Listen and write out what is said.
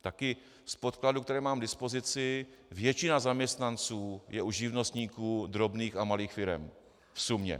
Taky z podkladů, které mám k dispozici, většina zaměstnanců je u živnostníků drobných a malých firem v sumě.